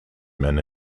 men